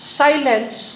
silence